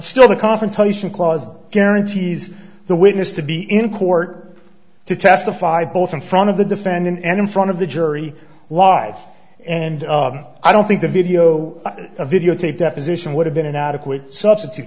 still the confrontation clause guarantees the witness to be in court to testify both in front of the defendant and in front of the jury live and i don't think the video a videotape deposition would have been an adequate substitute